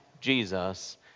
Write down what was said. Jesus